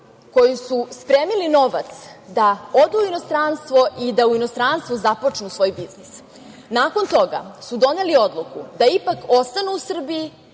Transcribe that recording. koji su spremili novac da odu u inostranstvo i da u inostranstvu započnu svoj biznis. Nakon toga su doneli odluku da ipak ostanu u Srbiji